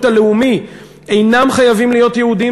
הלאומי אינם חייבים להיות יהודים,